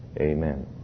Amen